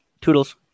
Toodles